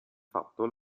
fatto